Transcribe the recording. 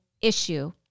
issue